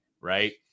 right